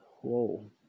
Whoa